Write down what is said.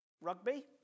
Rugby